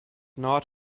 not